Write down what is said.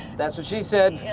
that's what she said!